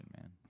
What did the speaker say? man